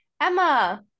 emma